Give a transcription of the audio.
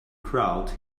crowd